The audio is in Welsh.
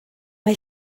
mae